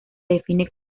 define